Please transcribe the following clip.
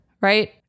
right